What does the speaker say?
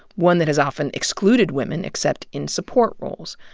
one that has often excluded women, except in support roles.